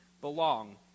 belong